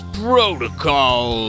protocol